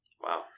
wow